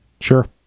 Sure